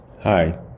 Hi